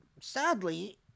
sadly